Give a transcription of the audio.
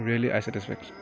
really I satisfied